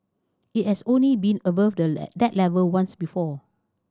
it has only been above that level once before